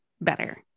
better